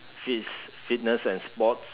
fits fitness and sports